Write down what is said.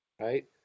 Right